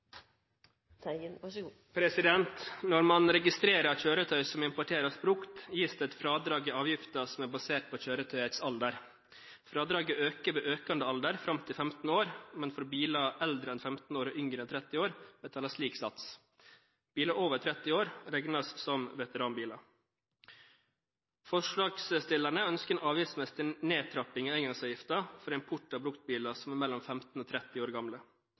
basert på kjøretøyets alder. Fradraget øker ved økende alder fram til 15 år, men for biler eldre enn 15 år og yngre enn 30 år betales lik sats. Biler over 30 år regnes som veteranbiler. Forslagsstillerne ønsker en avgiftsmessig nedtrapping av engangsavgiften for import av bruktbiler som er me1lom 15 og 30 år gamle.